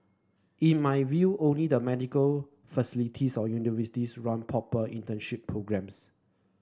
in my view only the medical of universities run proper internship programmes